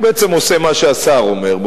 הוא בעצם עושה מה שהשר אומר,